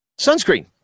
Sunscreen